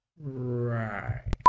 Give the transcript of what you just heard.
Right